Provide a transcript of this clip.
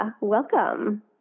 Welcome